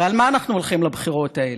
הרי על מה אנחנו הולכים לבחירות האלה?